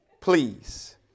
please